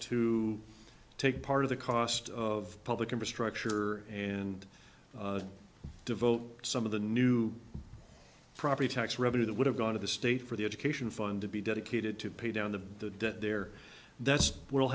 to take part of the cost of public infrastructure and devote some of the new property tax revenue that would have gone to the state for the education fund to be dedicated to pay down the debt there that's w